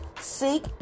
seek